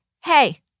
hey